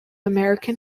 american